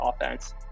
offense